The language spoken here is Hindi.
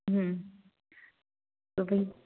तो भाई